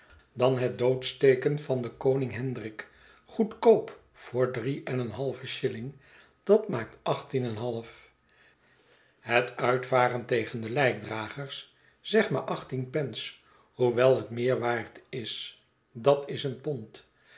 naar het doodsteken van den koning hendrik goedkoop voor drie en een halven shilling dat maakt achttien en een half het uitvaren tegen de lijkdragers zeg maar achttien pence hoewel het meer waard is dat is een pond